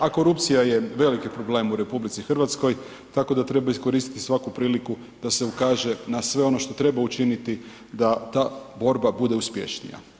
A korupcija je veliki problem u RH tako da treba iskoristiti svaku priliku da se ukaže na sve ono što treba učiniti da ta borba bude uspješnija.